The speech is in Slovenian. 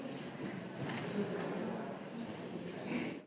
Hvala.